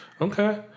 Okay